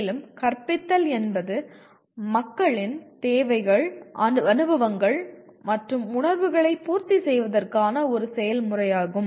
மேலும் கற்பித்தல் என்பது மக்களின் தேவைகள் அனுபவங்கள் மற்றும் உணர்வுகளை பூர்த்தி செய்வதற்கான ஒரு செயல்முறையாகும்